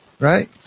Right